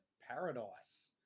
Paradise